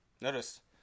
Notice